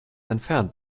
entfernt